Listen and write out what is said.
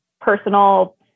personal